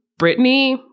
Britney